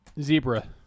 Zebra